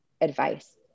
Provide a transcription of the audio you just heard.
advice